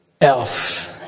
Elf